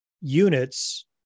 units